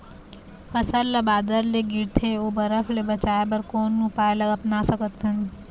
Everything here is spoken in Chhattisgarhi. फसल ला बादर ले गिरथे ओ बरफ ले बचाए बर कोन उपाय ला अपना सकथन?